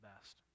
best